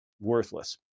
Worthless